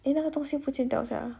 eh 那个东西不见掉 sia